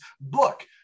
book